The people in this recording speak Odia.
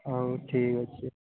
ହଉ ଠିକ୍ ଅଛି